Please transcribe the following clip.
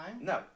No